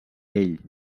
ell